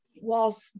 whilst